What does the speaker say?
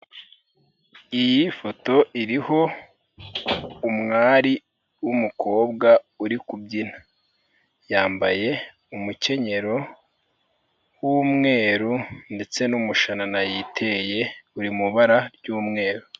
Iyi foto iriho umwari w'umukobwa uri kubyina, yambaye umukenyero w'umweru ndetse n'umushanaana yiteye uri mu ibara ry'umweru.